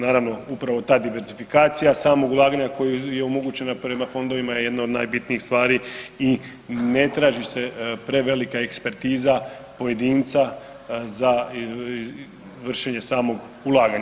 Naravno upravo ta diversifikacija samog ulaganja koja je omogućena prema fondovima je jedna od najbitnijih stvari i ne traži se prevelika ekspertiza pojedinca za vršenje samog ulaganja.